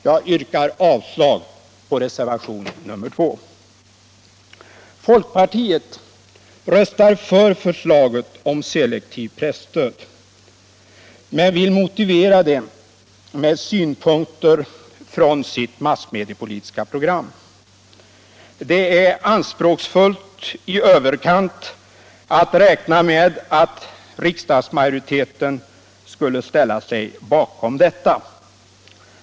Jag yrkar avslag på reservationen 2. Folkpartiet röstar för förslaget om selektivt presstöd men vill motivera det med synpunkter från sitt massmediepolitiska program. Det är anspråksfullt i överkant att räkna med att riksdagsmajoriteten skulle ställa sig bakom detta.